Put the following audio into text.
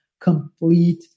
complete